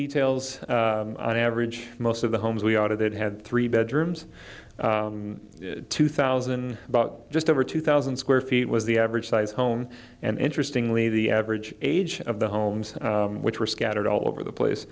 details on average most of the homes we audited had three bedrooms two thousand but just over two thousand square feet was the average size home and interestingly the average age of the homes which were scattered all over the place